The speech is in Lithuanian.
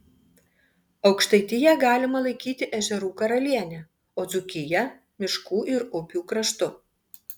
aukštaitiją galima laikyti ežerų karaliene o dzūkiją miškų ir upių kraštu